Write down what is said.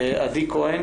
עדי כהן